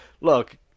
look